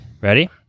Ready